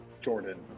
Jordan